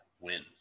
win